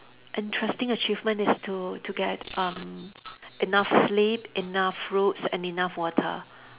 interesting achievement is to to get um enough sleep enough fruits and enough water